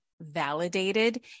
Validated